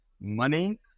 money